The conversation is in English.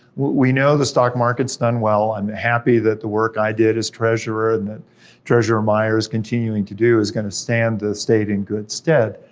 we know the stock market's done well, i'm happy that the work i did as treasurer, and that treasurer myers is continuing to do, is gonna stand the state in good stead,